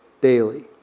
daily